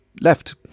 left